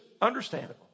Understandable